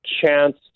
chance